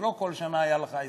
זה לא שבכל שנה היו לך 20,